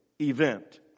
event